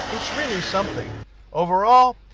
it's really something overall.